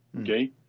okay